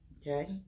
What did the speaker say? Okay